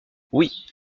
oui